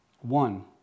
one